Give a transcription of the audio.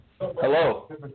Hello